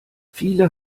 viele